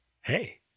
hey